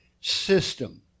system